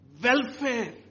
Welfare